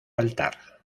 altar